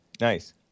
nice